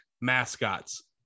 mascots